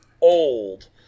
old